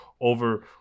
over